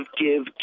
give